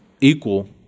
equal